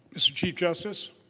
mr. chief justice,